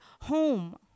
home